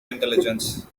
intelligence